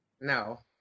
No